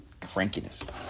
crankiness